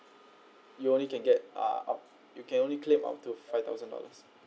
you only can get uh up you can only claim up to five thousand dollars